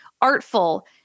artful